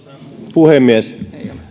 puhemies